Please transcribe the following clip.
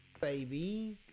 baby